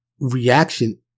Reaction